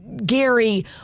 Gary